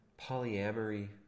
polyamory